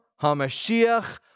HaMashiach